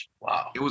Wow